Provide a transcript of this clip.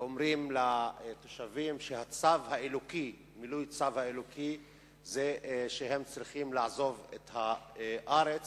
ואומרים לתושבים שמילוי הצו האלוקי זה שהם צריכים לעזוב את הארץ.